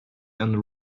and